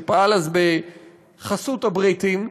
שפעל אז בחסות הבריטים,